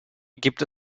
gibt